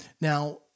Now